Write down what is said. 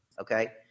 Okay